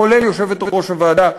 כולל יושבת-ראש הוועדה,